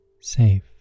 safe